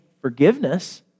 forgiveness